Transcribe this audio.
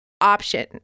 option